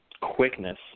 quickness